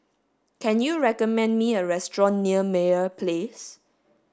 can you recommend me a restaurant near Meyer Place